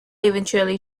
eventually